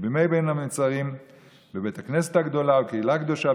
"בימי בין המצרים בבית הכנסת הגדולה וקהילה קדושה,